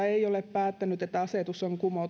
päättänyt että asetus on kumottava